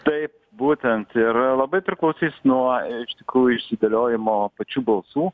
taip būtent ir labai priklausys nuo iš tikrų išsidėliojimo pačių balsų